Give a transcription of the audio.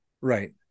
Right